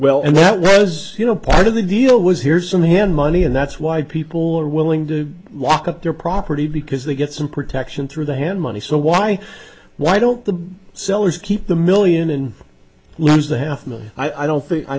well and that was you know part of the deal was here's some hand money and that's why people are willing to lock up their property because they get some protection through the hand money so why why don't the sellers keep the million and a half million i don't think i